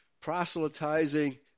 proselytizing